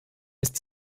ist